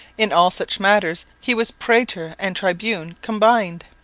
in all such matters he was praetor and tribune combined.